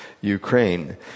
Ukraine